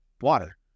water